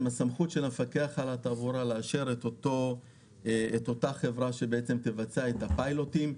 הסמכות של המפקח על התעבורה היא לאשר את אותה חברה שתבצע את הפיילוטים.